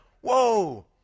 whoa